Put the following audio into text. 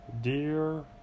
Dear